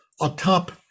atop